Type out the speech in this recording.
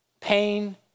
Pain